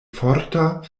forta